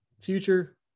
future